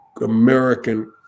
american